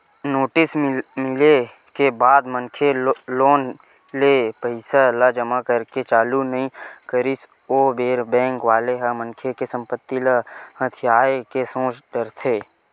notice मिले के बाद मनखे लोन ले पइसा ल जमा करे के चालू नइ करिस ओ बेरा बेंक वाले ह मनखे के संपत्ति ल हथियाये के सोच डरथे